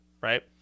right